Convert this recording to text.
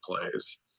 plays